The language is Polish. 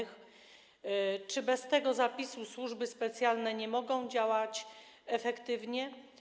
Czy bez tego zapisu służby specjalne nie mogą działać efektywnie?